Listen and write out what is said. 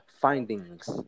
findings